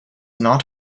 not